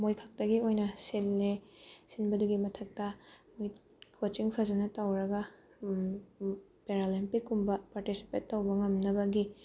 ꯃꯣꯏꯈꯛꯇꯒꯤ ꯑꯣꯏꯅ ꯁꯤꯜꯂꯦ ꯁꯤꯟꯕꯗꯨꯒꯤ ꯃꯊꯛꯇ ꯀꯣꯆꯤꯡ ꯐꯖꯅ ꯇꯧꯔꯒ ꯄꯦꯔꯂꯦꯝꯄꯤꯛꯀꯨꯝꯕ ꯄꯥꯔꯇꯤꯁꯤꯄꯦꯠ ꯇꯧꯕ ꯉꯝꯅꯕꯒꯤ